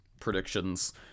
predictions